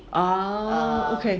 ah okay